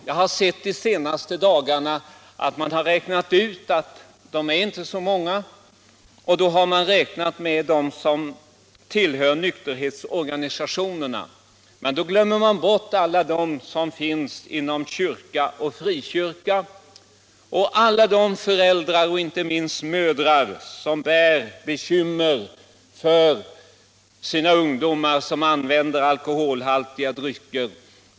Jag har de senaste dagarna sett att man har räknat ut att de inte är så många. Då har man räknat med dem som tillhör nykterhetsorganisationerna, men man glömmer bort alla dem som finns inom kyrka och frikyrka och alla de föräldrar — inte minst mödrar — som bär bekymmer för sina ungdomar som använder alkoholhaltiga drycker.